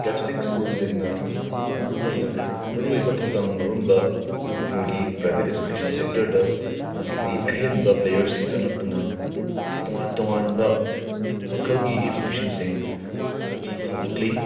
Catholic ꯁ꯭ꯀꯨꯜꯁꯤꯡꯅ ꯃꯔꯨꯑꯣꯏꯅ ꯃꯔꯨꯑꯣꯏꯕ ꯊꯧꯗꯥꯡ ꯂꯧꯔꯝꯕ ꯃꯅꯤꯄꯨꯔꯒꯤ ꯄ꯭ꯔꯥꯏꯕꯦꯠ ꯑꯦꯖꯨꯀꯦꯁꯟ ꯁꯦꯛꯇꯔꯗ ꯉꯁꯤꯗꯤ ꯑꯍꯦꯟꯕ ꯄ꯭ꯂꯦꯌꯥꯔꯁꯤꯡ ꯆꯡꯉꯛꯇꯨꯅ ꯇꯣꯉꯥꯟ ꯇꯣꯉꯥꯟꯕ ꯃꯈꯜꯒꯤ ꯑꯦꯖꯨꯀꯦꯁꯟꯁꯤꯡ ꯄꯤꯕ ꯍꯧꯔꯛꯂꯤ